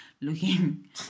looking